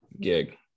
gig